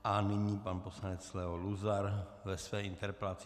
A nyní pan poslanec Leo Luzar ve své interpelaci.